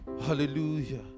hallelujah